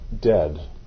dead